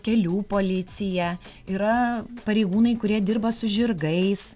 kelių policija yra pareigūnai kurie dirba su žirgais